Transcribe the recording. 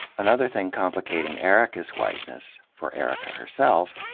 another thing complicating erica's whiteness, for erica herself,